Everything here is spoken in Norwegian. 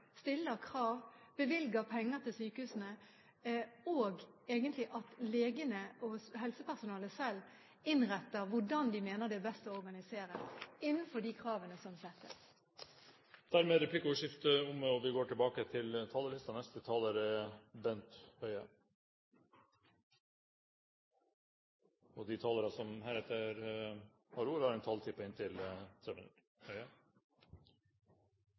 stiller krav, bevilger penger til sykehusene, og at legene og helsepersonalet selv innretter hvordan de mener det er best å organisere det, innenfor de kravene som settes. Replikkordskiftet er dermed omme. De talere som heretter får ordet, har en taletid på inntil